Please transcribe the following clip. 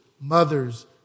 mothers